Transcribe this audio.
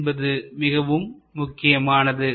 என்பதும் மிக முக்கியமானது